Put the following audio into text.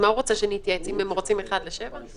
הוא רוצה שנתייעץ אם הם רצים אחד לשבעה מטרים?